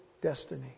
destiny